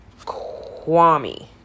Kwame